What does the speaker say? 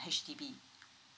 H_D_B